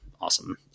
awesome